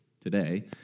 today